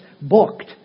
booked